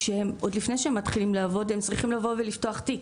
עוד לפני שהם מתחילים לעבוד הם צריכים לבוא ולפתוח תיק.